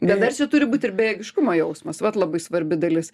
bet dar čia turi būt ir bejėgiškumo jausmas vat labai svarbi dalis